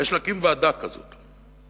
ויש להקים ועדה כזאת.